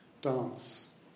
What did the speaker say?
dance